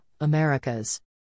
Americas